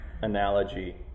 analogy